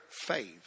faith